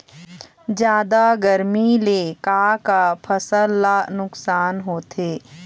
जादा गरमी ले का का फसल ला नुकसान होथे?